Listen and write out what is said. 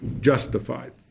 justified